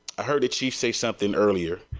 i heard chief say something earlier.